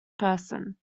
person